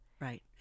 Right